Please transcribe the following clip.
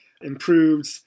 improved